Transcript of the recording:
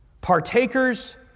partakers